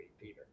Peter